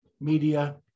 Media